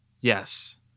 Yes